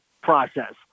process